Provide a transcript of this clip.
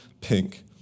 pink